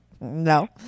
No